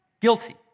guilty